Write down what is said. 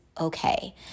okay